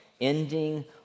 ending